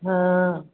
हॅं